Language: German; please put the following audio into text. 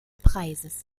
preises